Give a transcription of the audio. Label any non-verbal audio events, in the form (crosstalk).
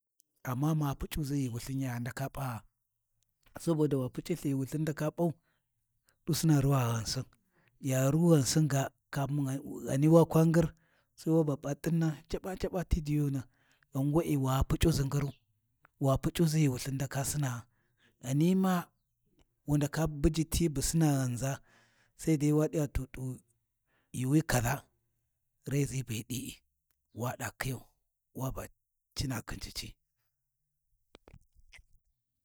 Amma ma Puc’uʒi ghi wulthin ya ndaka p’a saboda wa pic’i lth ghi wulthi hi ndaka P’au, ɗusina ruwa ghansin yaru ghansin ga (unintelligible) ghani wa kwa ngir sai waba p’a t’inni ti diyuna, ghan we’e wa Puc’uʒi nguru, wa Puc’uʒi ghi wulthin ndaka sinaa ghani ma wu ndaka buji ti bu sina ghanʒa, sai dai waɗi to ɗu yuuwi kaza reʒi be ɗi’i, wa ɗa khiyau wa ba cina khin cici. (noise)